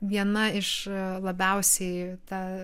viena iš labiausiai tą